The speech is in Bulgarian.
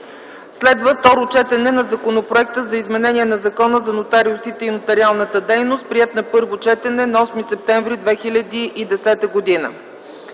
г. 6. Второ четене на Законопроекта за изменение на Закона за нотариусите и нотариалната дейност, приет на първо четене на 8 септември 2010 г.